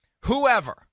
whoever